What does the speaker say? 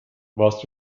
warst